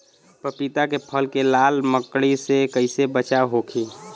पपीता के फल के लाल मकड़ी से कइसे बचाव होखि?